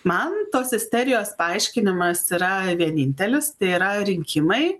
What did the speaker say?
man tos isterijos paaiškinimas yra vienintelis tai yra rinkimai